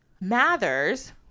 Mathers